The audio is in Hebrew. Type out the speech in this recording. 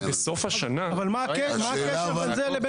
אבל מה הקשר בין זה לבין